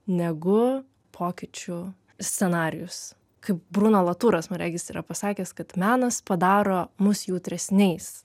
negu pokyčių scenarijus kaip bruno laturas man regis yra pasakęs kad menas padaro mus jautresniais